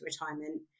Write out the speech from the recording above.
retirement